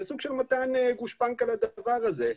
זה סוג של מתן גושפנקה לדבר הזה.